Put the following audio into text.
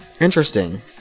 Interesting